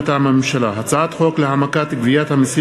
מטעם הממשלה: הצעת חוק להעמקת גביית המסים